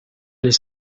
les